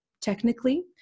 technically